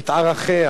את ערכיה,